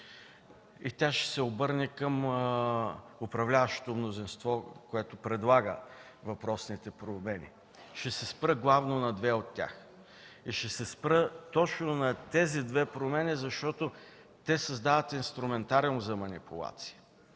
и ще се обърне към управляващото мнозинство, което предлага въпросните промени. Ще се спра главно на две от тях и то именно върху тези две промени, защото създават инструментариума за манипулация.